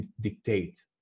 dictate